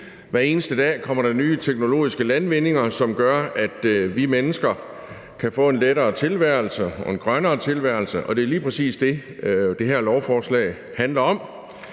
Hver eneste dag kommer der nye teknologiske landvindinger, som gør, at vi mennesker kan få en lettere tilværelse og en grønnere tilværelse, og det er lige præcis det, det her lovforslag handler om.